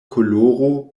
koloro